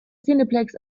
cineplex